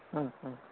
ᱦᱮᱸ ᱦᱮᱸ